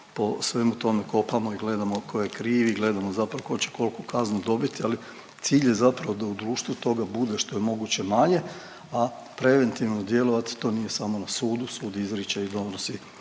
po svemu tome kopamo i gledamo tko je kriv i gledamo zapravo tko će koliku kaznu dobiti, ali cilj je zapravo da u društvu toga bude što je moguće manje, a preventivno djelovati to nije samo na sudu. Sud izriče i donosi